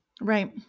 Right